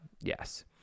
Yes